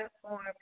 platform